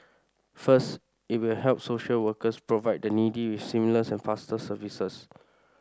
first it will help social workers provide the needy with seamless and faster services